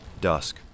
Dusk